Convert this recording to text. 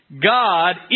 God